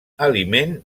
aliment